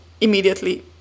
immediately